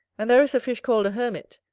and there is a fish called a hermit,